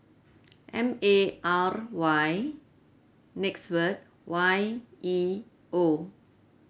M A R Y next word Y E O